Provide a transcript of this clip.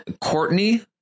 Courtney